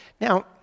Now